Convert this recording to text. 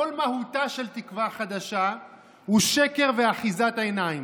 כל מהותה של תקווה חדשה היא שקר ואחיזת עיניים.